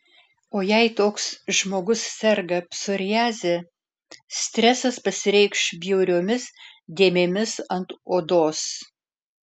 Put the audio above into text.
o jei toks žmogus serga psoriaze stresas pasireikš bjauriomis dėmėmis ant odos